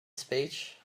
speech